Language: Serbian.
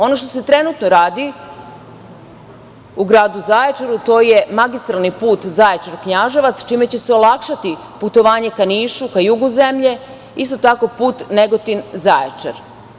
Ono što se trenutno radi u gradu Zaječaru, to je magistralni put Zaječar –Knjaževac, čime će se olakšati putovanje ka Nišu, ka jugu zemlje, isto tako put Negotin – Zaječar.